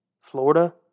Florida